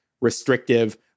restrictive